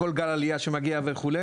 כל גל עלייה שמגיע וכו',